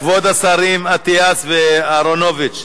כבוד השרים אטיאס ואהרונוביץ,